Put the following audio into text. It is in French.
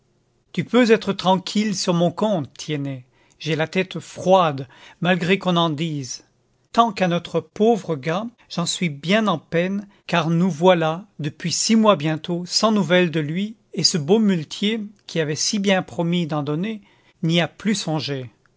tu peux être tranquille sur mon compte tiennet j'ai la tête froide malgré qu'on en dise tant qu'à notre pauvre gars j'en suis bien en peine car nous voilà depuis six mois bientôt sans nouvelles de lui et ce beau muletier qui avait si bien promis d'en donner n'y a plus songé